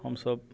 हमसब